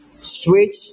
switch